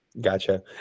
Gotcha